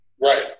Right